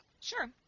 Sure